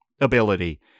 ability